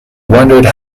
wondered